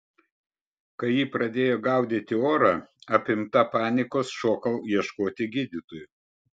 kai ji pradėjo gaudyti orą apimta panikos šokau ieškoti gydytojų